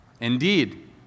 Indeed